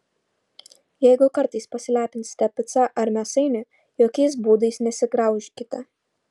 jeigu kartais pasilepinsite pica ar mėsainiu jokiais būdais nesigraužkite